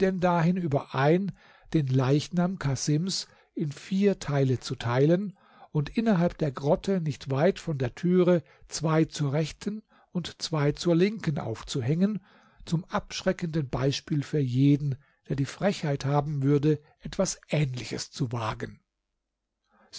dahin überein den leichnam casims in vier teile zu teilen und innerhalb der grotte nicht weit von der türe zwei zur rechten und zwei zur linken aufzuhängen zum abschreckenden beispiel für jeden der die frechheit haben würde etwas ähnliches zu wagen